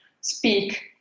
speak